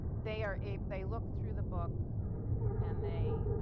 they are a they look through the book and they